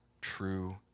true